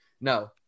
no